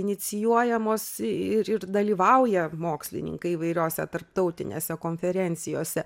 inicijuojamos ir ir dalyvauja mokslininkai įvairiose tarptautinėse konferencijose